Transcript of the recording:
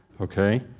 Okay